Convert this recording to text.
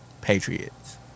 Patriots